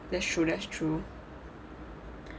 that's true that's true